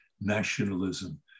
nationalism